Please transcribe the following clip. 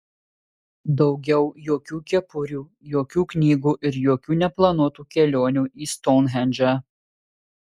daugiau jokių kepurių jokių knygų ir jokių neplanuotų kelionių į stounhendžą